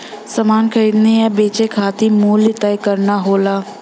समान के खरीदे या बेचे खातिर मूल्य तय करना होला